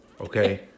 okay